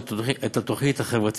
לא, אתה לא יכול.